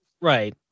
Right